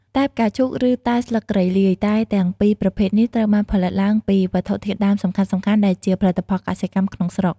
តែផ្កាឈូក ឬតែស្លឹកគ្រៃលាយ តែទាំងពីរប្រភេទនេះត្រូវបានផលិតឡើងពីវត្ថុធាតុដើមសំខាន់ៗដែលជាផលិតផលកសិកម្មក្នុងស្រុក។